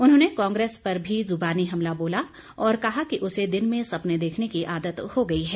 उन्होंने कांग्रेस पर भी जुबानी हमला बोला और कहा कि उसे दिन में सपने देखने की आदत हो गई है